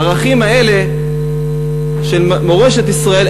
הערכים האלה של מורשת ישראל,